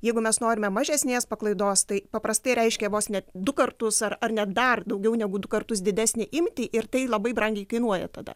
jeigu mes norime mažesnės paklaidos tai paprastai reiškia vos ne du kartus ar ar net dar daugiau negu du kartus didesnę imtį ir tai labai brangiai kainuoja tada